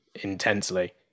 intensely